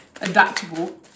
adaptable